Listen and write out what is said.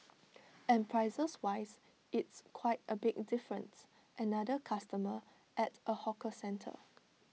and prices wise it's quite A big difference another customer at A hawker centre